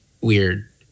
weird